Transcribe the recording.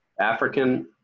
African